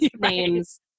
names